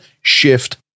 shift